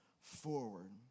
forward